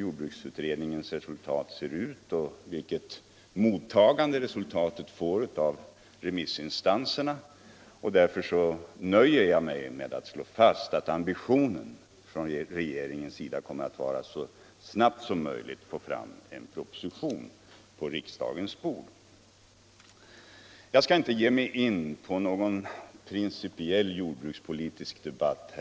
jordbruksutredningens resultat blir och vilket mottagande de resultaten får av remissinstanserna. Därför nöjer jag mig med att slå fast att ambitionen hos regeringen är att så snabbt som möjligt kunna lägga en proposition på riksdagens bord. Nu skall jag inte här ge mig in i någon principiell jordbrukspolitisk debatt.